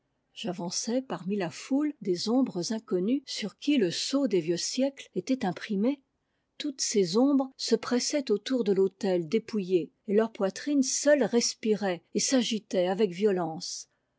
j'avançai parmi la foule des ombres inconnues sur qui le sceau des vieux siècles était imprimé un ok ye toutes ces ombres se pressaient autour de l'autel dépouitté et leur poitrine seule respirait et s'agi tait avec violence